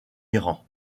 iran